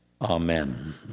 Amen